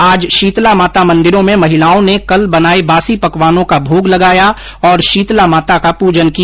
आज शीतला माता मंदिरों में महिलाओं ने कल बनाये बासी पकवानों का भोग लगाया और शीतला माता का पूजन किया